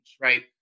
right